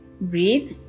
breathe